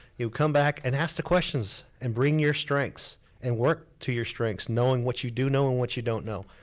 you come back and ask the questions and bring your strengths and work to your strengths, knowing what you do, knowing what you don't know.